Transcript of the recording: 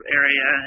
area